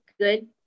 good